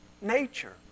nature